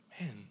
Man